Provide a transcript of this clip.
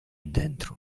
dentro